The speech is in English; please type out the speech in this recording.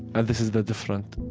and this is the different